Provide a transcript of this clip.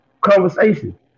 conversation